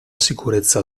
sicurezza